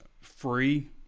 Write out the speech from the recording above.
free